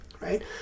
right